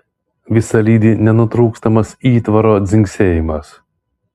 visa lydi nenutrūkstamas įtvaro dzingsėjimas